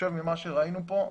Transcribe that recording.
ממה שראינו כאן,